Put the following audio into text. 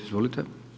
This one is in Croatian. Izvolite.